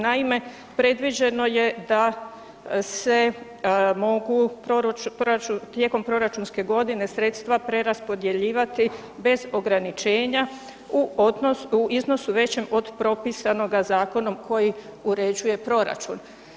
Naime, predviđeno je da se mogu tijekom proračunske godine sredstva preraspodjeljivati bez ograničenja u iznosu većem od propisanoga zakonom koji uređuje proračun.